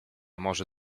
może